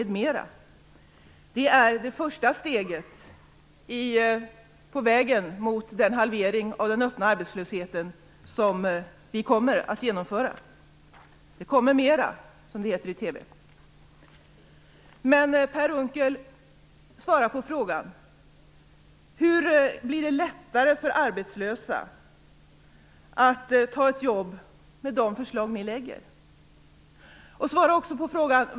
Detta är det första steget på väg mot den halvering av den öppna arbetslösheten som vi kommer att genomföra. Det kommer mera, som det heter i TV. Per Unckel, svara på frågan: På vilket sätt blir det lättare för arbetslösa att ta ett jobb med de förslag som ni lägger fram?